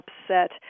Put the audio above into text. upset